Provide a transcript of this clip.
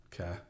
Okay